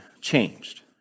changed